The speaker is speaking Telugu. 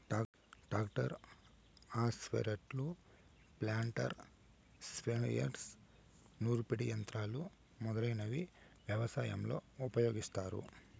ట్రాక్టర్, హార్వెస్టర్లు, ప్లాంటర్, స్ప్రేయర్స్, నూర్పిడి యంత్రాలు మొదలైనవి వ్యవసాయంలో ఉపయోగిస్తారు